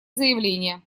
заявление